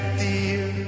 dear